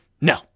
no